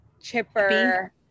chipper